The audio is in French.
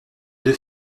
deux